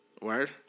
Word